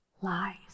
lies